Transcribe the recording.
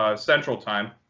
ah central time.